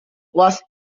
was